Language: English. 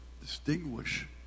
distinguish